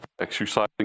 exercising